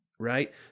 Right